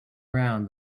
around